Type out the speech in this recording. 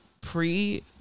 pre